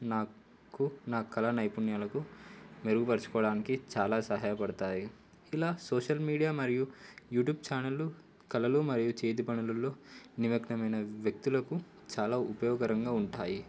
నాకు నా కళ నైపుణ్యాలకు మెరుగుపరుచుకోవడానికి చాలా సహాయపడతాయి ఇలా సోషల్ మీడియా మరియు యూట్యూబ్ ఛానళ్ళ కళలు మరియు చేతి పనులల్లో నిమగ్నమైన వ్యక్తులకు చాలా ఉపయోగకరంగా ఉంటాయి